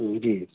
جی